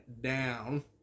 down